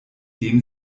dem